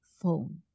phone